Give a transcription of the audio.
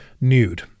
nude